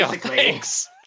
Thanks